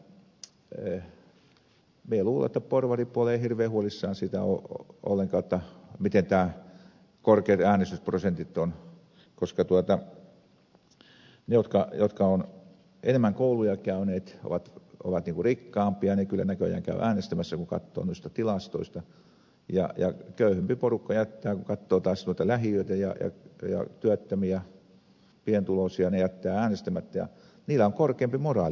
nimittäin minä luulen että porvaripuoli ei hirveän huolissaan siitä ole ollenkaan miten korkeita äänestysprosentit ovat koska ne jotka ovat enemmän kouluja käyneet ovat rikkaampia ja ne kyllä näköjään käyvät äänestämässä kun katsoo noista tilastoista ja köyhempi porukka jättää kun katsoo taas noita lähiöitä ja työttömiä pienituloisia äänestämättä ja sillä on korkeampi moraali